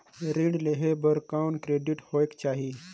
ऋण लेहे बर कौन क्रेडिट होयक चाही?